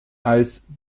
als